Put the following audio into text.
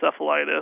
encephalitis